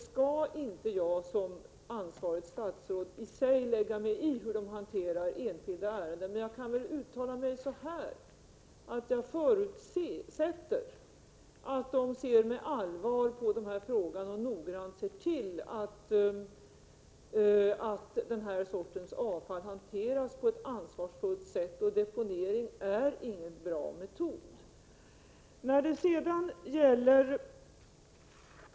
Som ansvarigt statsråd skall jag inte lägga mig i hur myndigheterna hanterar enskilda ärenden, men jag kan väl uttala mig så här: Jag förutsätter att de ser med allvar på denna fråga och noggrant ser till att den här sortens avfall hanteras på ett ansvarsfullt sätt. Deponering är ingen bra metod.